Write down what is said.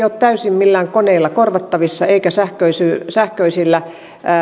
ole täysin millään koneilla korvattavissa eivätkä sähköisillä sähköisillä